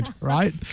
right